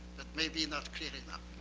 maybe not clear enough.